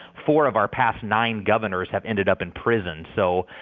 four of our past nine governors have ended up in prison. so.